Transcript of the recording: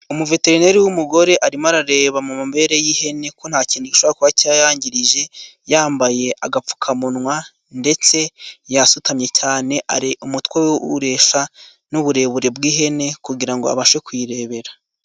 Umuveterineri w'umugore arimo arareba mu mabere y'ihene, ko nta kintu gishobora kuba cyayangirije, yambaye agapfukamunwa, ndetse yasutamye cyane, arega umutwe we ureshya n'uburebure bw'ihene kugira ngo abashe kuyirebera.